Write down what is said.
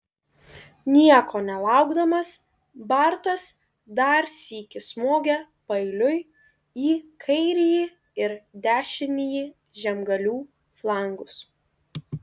nieko nelaukdamas bartas dar sykį smogė paeiliui į kairįjį ir dešinįjį žemgalių flangus